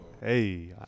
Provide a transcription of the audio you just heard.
Hey